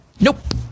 Nope